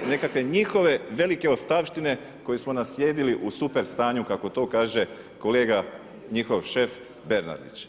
nekakve njihove velike ostavštine koje smo naslijedili u super stanju kako to kaže kolega njihov šef Bernardić.